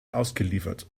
ausgeliefert